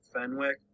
Fenwick